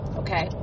okay